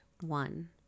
one